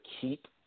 keep